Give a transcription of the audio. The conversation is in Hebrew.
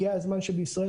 הגיע הזמן שבישראל,